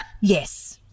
yes